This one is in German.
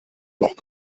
noch